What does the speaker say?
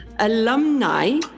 alumni